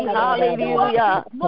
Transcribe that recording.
hallelujah